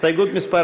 הסתייגות מס'